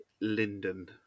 Linden